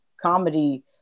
comedy